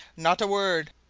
not a word!